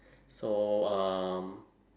so um